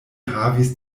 havis